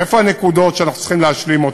איפה הנקודות שאנחנו צריכים להשלים?